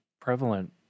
prevalent